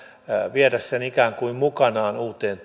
viedä sen ikään kuin mukanaan uuteen